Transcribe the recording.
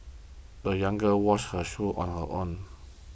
the young girl washed her shoes on her own